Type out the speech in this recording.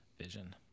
vision